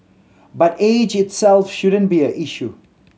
but age itself shouldn't be an issue